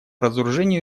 разоружению